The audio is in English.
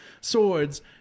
swords